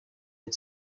had